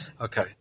Okay